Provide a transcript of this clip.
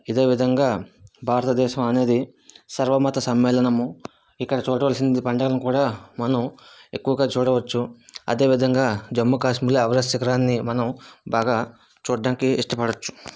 ఇదే విధంగా భారతదేశం అనేది సర్వ మత సమ్మేళనము ఇక్కడ చూడవల్సినది పంటలను కూడా మనం ఎక్కువగా చూడవచ్చు అదేవిధంగా జమ్మూ కాశ్మీర్లో ఎవరెస్ట్ శిఖరాన్ని మనం బాగా చూడడానికి ఇష్టపడవచ్చు